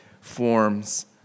forms